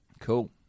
Cool